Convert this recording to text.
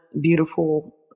beautiful